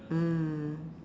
mm